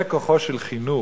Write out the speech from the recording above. זה כוחו של חינוך.